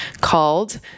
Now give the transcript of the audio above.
called